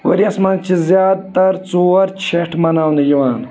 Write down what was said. ؤریس منٛز چھِ زیادٕ تر ژور چھٮ۪ٹھ مناونہٕ یِوان